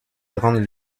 grandes